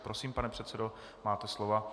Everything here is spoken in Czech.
Prosím, pane předsedo, máte slovo.